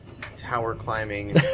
tower-climbing